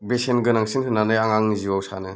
बेसेन गोनांसिन होननानै आं आंनि जिउाव सानो